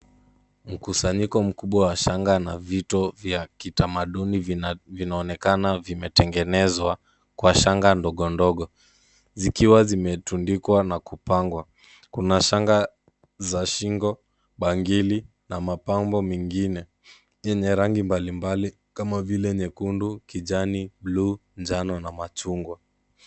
Mkusanyiko mkubwa wa Vito vya kitamaduni vinaonekana vimetengenezwa kwa shanga ndogondogo zikiwa zimetundikwa na kupangwa. kuna shanga za shingo pangili na mapambo mingine yenye rangi mbalimbali Kama vile nyekundu, kijani, bluu, njano na machungwa.